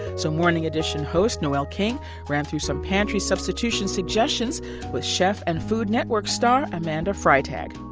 so morning edition host noel king ran through some pantry substitution suggestions with chef and food network star amanda freitag